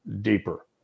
deeper